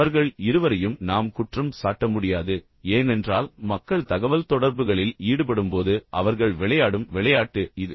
அவர்கள் இருவரையும் நாம் குற்றம் சாட்ட முடியாது ஏனென்றால் மக்கள் தகவல்தொடர்புகளில் ஈடுபடும்போது அவர்கள் விளையாடும் விளையாட்டு இது